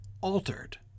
altered